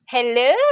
Hello